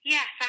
Yes